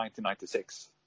1996